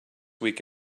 week